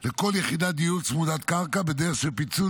לכל יחידת דיור צמודת קרקע בדרך של פיצול